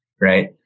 Right